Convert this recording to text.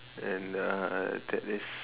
and uh that is